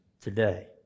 today